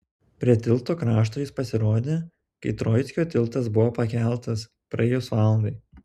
prie tilto krašto jis pasirodė kai troickio tiltas buvo pakeltas praėjus valandai